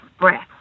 breath